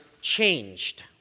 changed